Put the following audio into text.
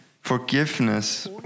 forgiveness